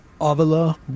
Avila